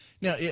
now